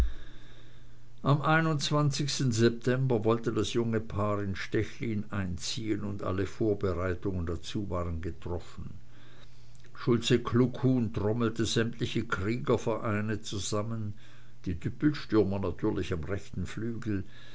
am september wollte das junge paar in stechlin einziehen und alle vorbereitungen dazu waren getroffen schulze kluckhuhn trommelte sämtliche kriegervereine zusammen die düppelstürmer natürlich am rechten flügel